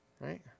right